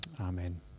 amen